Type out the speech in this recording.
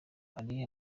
hari